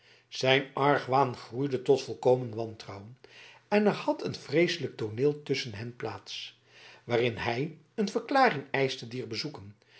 zijn argwaan groeide tot volkomen wantrouwen en er had een vreeselijk tooneel tusschen hen plaats waarin hij een verklaring eischte dier bezoeken